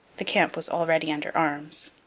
the camp was already under arms.